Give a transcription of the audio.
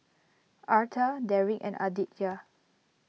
Arta Deric and Aditya